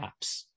apps